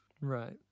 Right